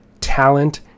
talent